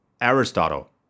Aristotle